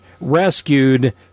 rescued